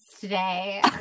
today